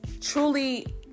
truly